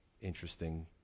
interesting